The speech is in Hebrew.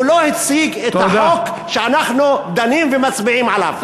הוא לא הציג את החוק שאנחנו דנים ומצביעים עליו.